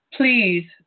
please